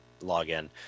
login